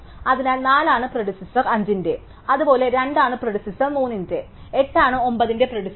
അതിനാൽ 4 ആണ് പ്രിഡിസെസാർ 5 ന്റെ അതുപോലെ 2 ആണ് പ്രിഡിസെസാർ 3 ന്റെ 8 ആണ് 9 ന്റെ പ്രിഡിസെസാർ